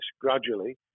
gradually